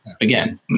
again